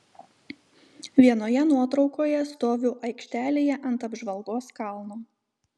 vienoje nuotraukoje stoviu aikštelėje ant apžvalgos kalno